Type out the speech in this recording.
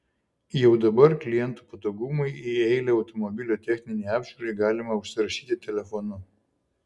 jau dabar klientų patogumui į eilę automobilio techninei apžiūrai galima užsirašyti telefonu